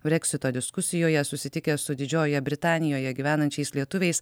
breksito diskusijoje susitikęs su didžiojoje britanijoje gyvenančiais lietuviais